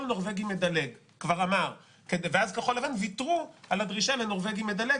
נורבגי מדלג ואז כחול לבן ויתרו על הדרישה לנורבגי מדלג